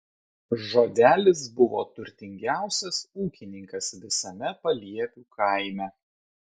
žodelis buvo turtingiausias ūkininkas visame paliepių kaime